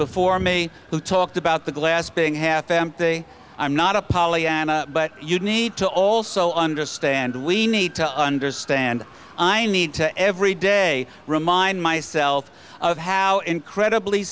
before me who talked about the glass being half empty i'm not a pollyanna but you need to also understand we need to understand i need to every day remind myself of how incredibly